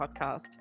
podcast